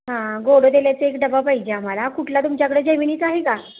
हां गोडंतेलाचं एक डबा पाहिजे आम्हाला कुठला तुमच्याकडं जेमिनीच आहे का